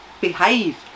behave